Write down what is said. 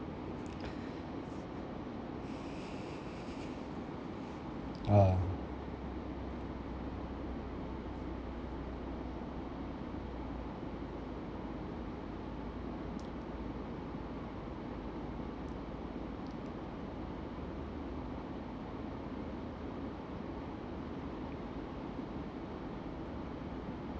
ah